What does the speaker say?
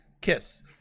kiss